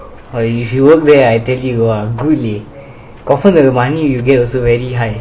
!wah! if you work there I tell you good eh confirmed the money you get also very high